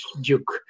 Duke